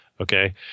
okay